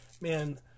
man